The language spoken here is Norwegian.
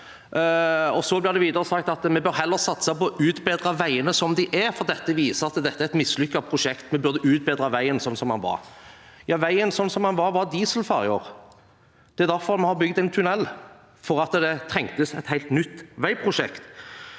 at vi heller bør satse på å utbedre veiene som de er, fordi dette viser at det er et mislykket prosjekt – vi burde ha utbedret veien sånn som den var. Vel, veien sånn som den var, var dieselferjer. Det er derfor vi har bygd en tunnel; det trengtes et helt nytt veiprosjekt.